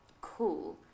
cool